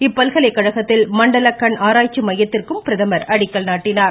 இப்பல்கலைக்கழகத்தில் மண்டல கண் ஆராய்ச்சி மையத்திற்கும் பிரதமா் அடிக்கல் நாட்டினார்